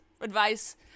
advice